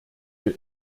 wir